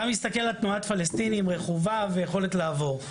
אתה מסתכל על תנועת פלסטינים רכובה ויכולת לעבור,